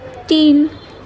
تین